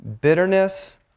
bitterness